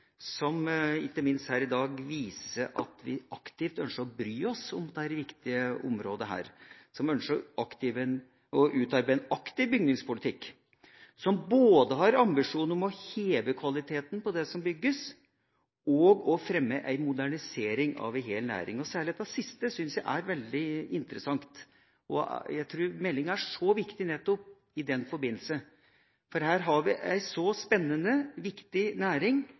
som ikke minst her i dag viser at vi aktivt ønsker å bry oss om dette viktige området, som ønsker å utarbeide en aktiv bygningspolitikk, som har ambisjon om både å heve kvaliteten på det som bygges og å fremme en modernisering av en hel næring. Særlig det siste syns jeg er veldig interessant, og jeg tror meldinga er viktig nettopp i den forbindelse. For her har vi en spennende og viktig næring,